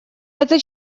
это